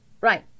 right